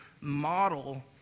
model